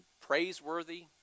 praiseworthy